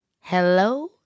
Hello